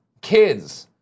Kids